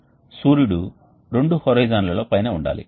కాబట్టి ఇది శక్తి సమతుల్యత నుండి మనకు లభిస్తుందని చెప్పనివ్వండి